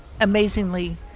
amazingly